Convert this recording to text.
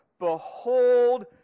Behold